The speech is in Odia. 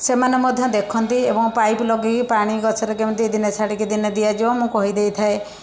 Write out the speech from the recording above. ସେମାନେ ମଧ୍ୟ ଦେଖନ୍ତି ଏବଂ ପାଇପ ଲଗାଇ ପାଣି ଗଛରେ କେମିତି ଦିନେ ଛାଡ଼ିକି ଦିନେ ଦିଆଯିବ ମୁଁ କହିଦେଇଥାଏ